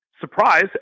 surprise